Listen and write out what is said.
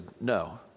no